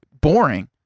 boring